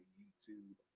youtube